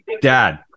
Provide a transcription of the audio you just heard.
Dad